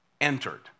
entered